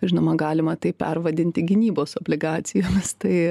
žinoma galima tai pervadinti gynybos obligacijomis tai